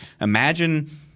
imagine